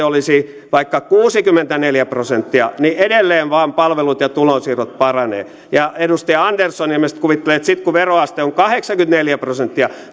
olisi vaikka kuusikymmentäneljä prosenttia niin edelleen vain palvelut ja tulonsiirrot paranevat edustaja andersson ilmeisesti kuvittelee että sitten kun veroaste on kahdeksankymmentäneljä prosenttia